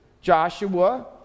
Joshua